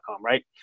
right